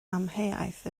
amheuaeth